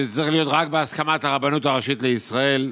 שזה צריך להיות רק בהסכמת הרבנות הראשית לישראל.